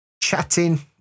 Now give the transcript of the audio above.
chatting